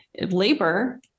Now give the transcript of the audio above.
labor